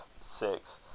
six